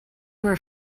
were